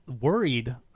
worried